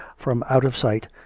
from out of sight.